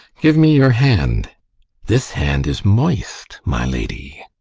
give me your hand this hand is moist, my lady.